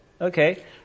Okay